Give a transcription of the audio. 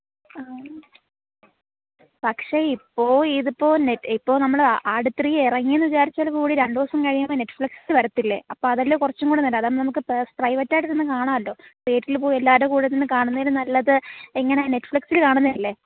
പക്ഷേ ഇപ്പോൾ ഇതിപ്പോൾ നെറ്റ് ഇപ്പോൾ നമ്മൾ ആട് ത്രീ ഇറങ്ങി എന്ന് വിചാരിച്ചാൽ കൂടി രണ്ടുദിവസം കഴിയുമ്പോൾ നെറ്റ്ഫ്ലിക്സിൽ വരില്ലേ അപ്പം അതല്ലേ കുറച്ചും കൂടെ നല്ലത് അതാവുമ്പോൾ നമുക്ക് പേർ പ്രൈവറ്റ് ആയിട്ട് ഇരുന്ന് കാണാമല്ലോ തീയറ്ററിൽ പോയി എല്ലാവരും കൂടി ഇരുന്ന് കാണുന്നതിനും നല്ലത് ഇങ്ങനെ നെറ്റ്ഫ്ലിക്സിൽ കാണുന്നതല്ലേ